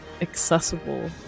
accessible